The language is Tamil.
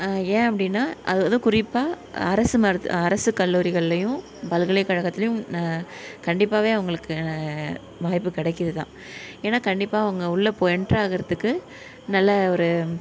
ஏன் அப்படினா அதாவது குறிப்பாக அரசு அரசு கல்லூரிகள்லேயும் பல்கலைக்கழகத்துலேயும் கண்டிப்பாக அவங்களுக்கு வாய்ப்பு கிடைக்கிது தான் ஏன்னா கண்டிப்பாக அவங்க உள்ளே போக எண்ட்டராகிறத்துக்கு நல்ல ஒரு